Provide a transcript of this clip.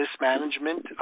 mismanagement